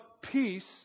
peace